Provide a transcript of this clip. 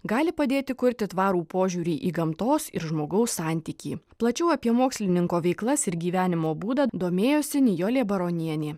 gali padėti kurti tvarų požiūrį į gamtos ir žmogaus santykį plačiau apie mokslininko veiklas ir gyvenimo būdą domėjosi nijolė baronienė